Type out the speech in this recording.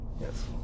Yes